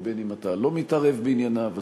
ובין שאתה לא מתערב בענייניו,